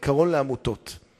לא פחות הזכות היא לסייע.